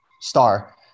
star